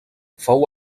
fou